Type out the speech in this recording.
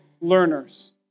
learners